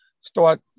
start